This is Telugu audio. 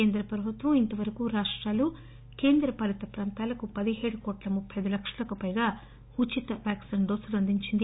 కేంద్ర ప్రభుత్వం ఇంతవరకు రాప్రాలు కేంద్రపాలిత ప్రాంతాలకు పదిహేడు కోట్ల ముప్పి ఐదు లక్షలకు పైగా ఉచిత వ్యాక్సిన్ డోసులు అందించింది